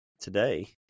today